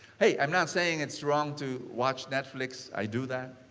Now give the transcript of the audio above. hey, i'm not saying it's wrong to watch netflix, i do that.